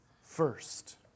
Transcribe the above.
first